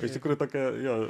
iš tikrųjų tokia jo